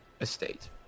estate